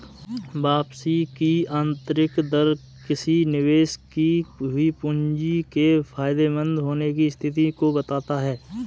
वापसी की आंतरिक दर किसी निवेश की हुई पूंजी के फायदेमंद होने की स्थिति को बताता है